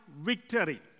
victory